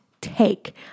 take